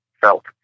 felt